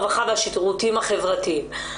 הרווחה והשירותים החברתיים.